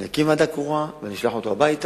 אני אקים ועדה קרואה ואני אשלח אותו הביתה.